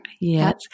Yes